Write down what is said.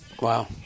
Wow